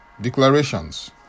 declarations